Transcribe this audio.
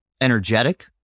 energetic